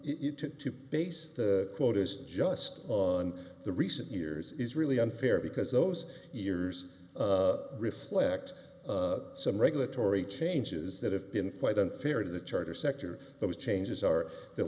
took to base the quotas just on the recent years is really unfair because those years reflect some regulatory changes that have been quite unfair in the charter sector those changes are th